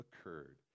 occurred